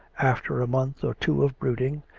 after a month or two of brooding,